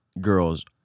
girls